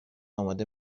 اماده